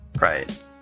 Right